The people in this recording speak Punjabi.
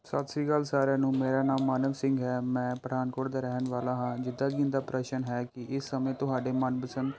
ਸਤਿ ਸ਼੍ਰੀ ਅਕਾਲ ਸਾਰਿਆਂ ਨੂੰ ਮੇਰਾ ਨਾਮ ਮਾਨਵ ਸਿੰਘ ਹੈ ਮੈਂ ਪਠਾਨਕੋਟ ਦਾ ਰਹਿਣ ਵਾਲਾ ਹਾਂ ਜਿੱਦਾਂ ਕਿ ਇਹਨਾਂ ਦਾ ਪ੍ਰਸ਼ਨ ਹੈ ਕਿ ਇਸ ਸਮੇਂ ਤੁਹਾਡੇ ਮਨ ਪਸੰਦ